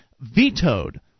vetoed